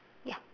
ya